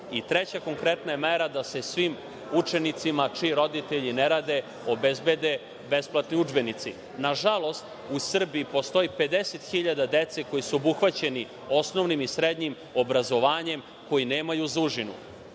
Treća konkretna mera je da se svim učenicima čiji roditelji ne rade obezbede besplatni udžbenici. Nažalost, u Srbiji postoji 50.000 dece koji su obuhvaćeni osnovnim i srednjim obrazovanjem koji nemaju za užinu.